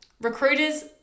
Recruiters